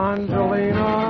Angelina